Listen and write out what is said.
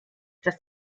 das